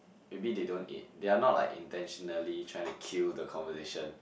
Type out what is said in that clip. maybe they don't i~ they are not like intentionally trying to kill the conversation